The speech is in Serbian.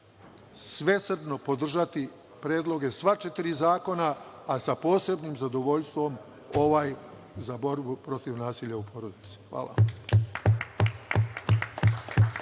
svesrdno podržati predloge sva četiri zakona, a sa posebnim zadovoljstvom ovaj za borbu protiv nasilja u porodici. Hvala.